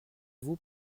vous